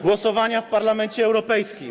Głosowanie w Parlamencie Europejskim.